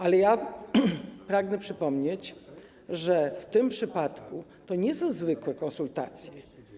Ale pragnę przypomnieć, że w tym przypadku to nie są zwykłe konsultacje.